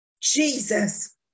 Jesus